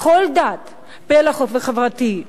בכל דת ופלח חברתי,